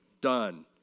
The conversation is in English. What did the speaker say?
done